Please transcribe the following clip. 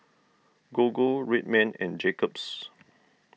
Gogo Red Man and Jacob's